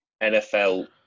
NFL